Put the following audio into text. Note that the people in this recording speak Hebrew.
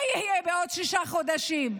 מה יהיה בעוד שישה חודשים?